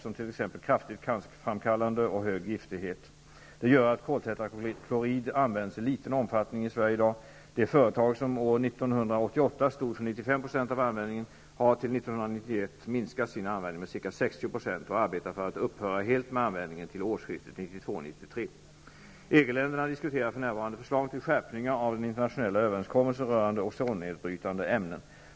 Det är t.ex. kraftigt cancerframkallande och har hög giftighet. Det gör att koltetraklorid används i liten omfattning i Sverige i dag. Det företag som år 1988 minskat sin användning med ca 60 % och arbetar för att upphöra helt med användningen till årsskiftet 1992-1993. I EG-länderna diskuteras för närvarande förslag till skärpningar av den internationella överenskommelsen rörande ozonnedbrytande ämnen.